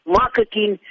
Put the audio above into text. marketing